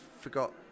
forgot